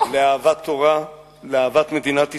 לאהבת תורה ולאהבת מדינת ישראל,